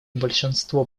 большинство